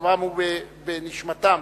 בדמם ובנשמתם,